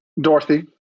dorothy